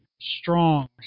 strong